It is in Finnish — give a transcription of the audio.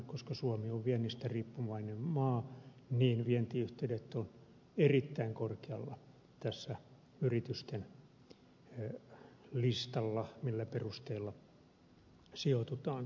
koska suomi on viennistä riippuvainen maa niin vientiyhteydet ovat erittäin korkealla tässä yritysten listalla millä perusteella sijoitutaan